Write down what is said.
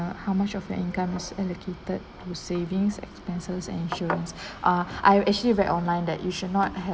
uh how much of an incomes allocated to savings expenses and insurance ah I actually read online that you should not have